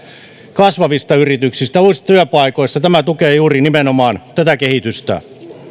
kasvavista yrityksistä uusista työpaikoista tämä tukee juuri nimenomaan tätä kehitystä